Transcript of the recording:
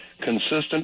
consistent